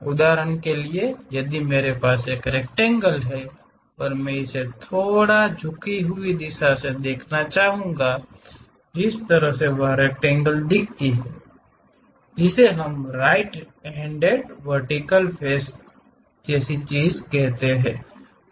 उदाहरण के लिए यदि मेरे पास एक रेक्टेंगल है और मैं इसे थोड़ा झुकी हुई सही दिशा से देखना चाहूंगा जिस तरह से वह रेक्टेंगल दिखती है जिसे हम राइट हैंड वर्टिकल फेस चीज़ कहते हैं